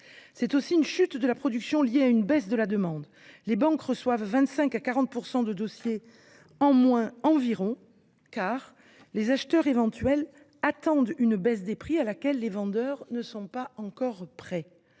C’est aussi une chute de la production liée à une baisse de la demande. Les banques reçoivent 25 % à 40 % de dossiers en moins environ, car les acheteurs éventuels attendent une baisse des prix à laquelle les vendeurs ne sont pas encore prêts.